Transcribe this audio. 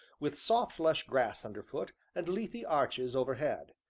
with soft lush grass underfoot and leafy arches overhead,